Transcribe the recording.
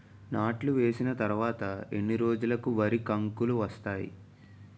నాట్లు వేసిన తర్వాత ఎన్ని రోజులకు వరి కంకులు వస్తాయి?